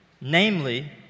Namely